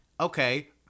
okay